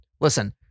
Listen